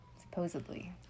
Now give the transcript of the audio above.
Supposedly